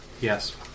Yes